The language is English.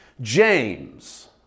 James